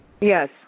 Yes